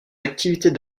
activités